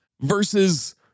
versus